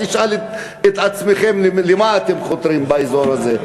תשאל את עצמכם למה אתם חותרים באזור הזה,